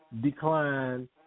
decline